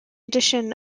edition